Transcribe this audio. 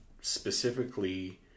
specifically